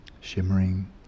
shimmering